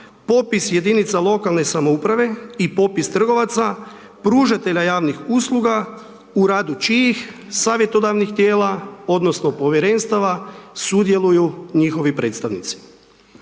potpis jedinice lokalne samouprave i popis trgovaca, pružatelja javnih usluga, u radu čijih savjetodavnih tijela, odnosno, povjerenstava, sudjeluju njihovi predstavnici.